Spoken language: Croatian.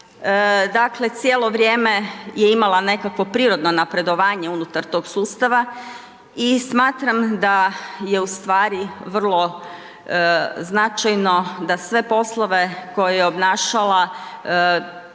Dakle cijelo vrijeme je imala nekakvo prirodno napredovanje unutar tog sustava i smatram da je vrlo značajno da sve poslove koje je obnašala